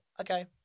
okay